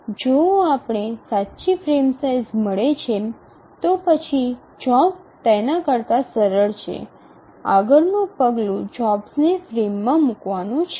જો આપણે સાચી ફ્રેમ સાઇઝ મળે છે તો પછી જોબ તેના કરતા સરળ છે આગળનું પગલું જોબ્સને ફ્રેમ્સમાં મૂકવાનું છે